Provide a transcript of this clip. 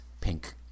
pink